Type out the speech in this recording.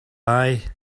eye